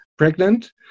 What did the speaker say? pregnant